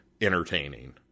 entertaining